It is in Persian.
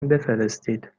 بفرستید